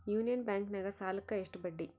Union ಬ್ಯಾಂಕಿನಾಗ ಸಾಲುಕ್ಕ ಎಷ್ಟು ಬಡ್ಡಿ?